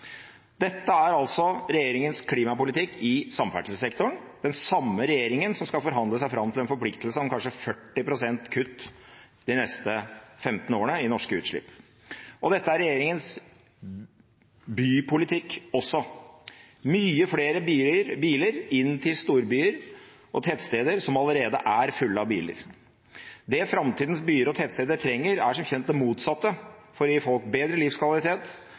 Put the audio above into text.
Dette er altså regjeringens klimapolitikk i samferdselssektoren, den samme regjeringen som skal forhandle seg fram til en forpliktelse om kanskje 40 pst. kutt i norske utslipp de neste 15 årene. Og dette er også regjeringens bypolitikk: Mange flere biler inn til storbyer og tettsteder hvor det allerede er fullt av biler. Det framtidas byer og tettsteder trenger, er som kjent det motsatte, for å gi folk bedre livskvalitet